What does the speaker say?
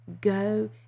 Go